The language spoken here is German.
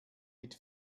mit